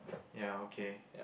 ya okay